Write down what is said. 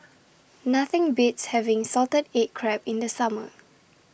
Nothing Beats having Salted Egg Crab in The Summer